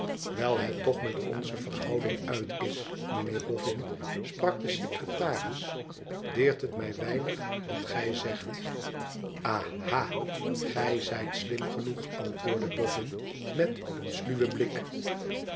wijl het toch met onze verhouding uit is mijnheer boffin sprak de secretaris i deert het mij weinig wat gij zegt aha gij zijt slim genoeg antwoordde boffin met een sluwen blik